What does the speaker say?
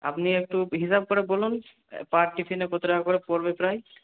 আপনি একটু হিসাব করে বলুন পার টিফিনে কত টাকা করে পড়বে প্রায়